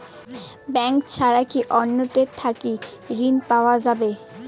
Bank ছাড়া কি অন্য টে থাকি ঋণ পাওয়া যাবে?